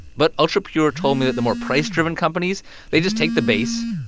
but ultra pure told me that the more price-driven companies they just take the base,